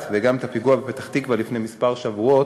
וגם את הפיגוע בפתח-תקווה לפני כמה שבועות,